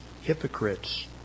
hypocrites